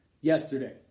yesterday